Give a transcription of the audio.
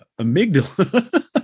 amygdala